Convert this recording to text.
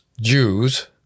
Jews